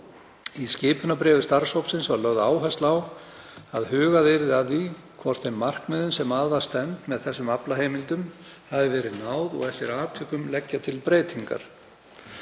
Í skipunarbréfi starfshópsins var lögð áhersla á að hugað yrði að því hvort þeim markmiðum sem að er stefnt með þessum aflaheimildum hefði verið náð og eftir atvikum leggja til breytingar.